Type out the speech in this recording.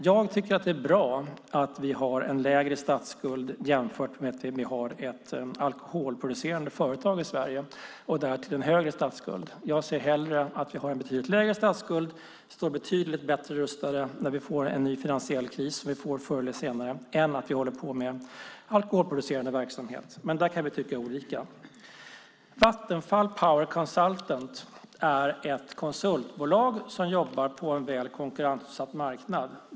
Jag tycker att det är bra att vi har en lägre statsskuld jämfört med att vi har ett alkoholproducerande företag i Sverige och därtill en högre statsskuld. Jag ser hellre att vi har en betydligt lägre statsskuld och står betydligt bättre rustade när vi får en ny finansiell kris, som vi får förr eller senare, än att vi håller på med alkoholproducerande verksamhet. Men där kan vi tycka olika. Vattenfall Power Consultant är ett konsultbolag som jobbar på en väl konkurrensutsatt marknad.